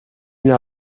una